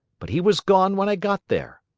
but he was gone when i got there.